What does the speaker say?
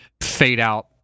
fade-out